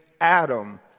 Adam